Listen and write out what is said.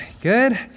Good